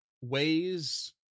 ways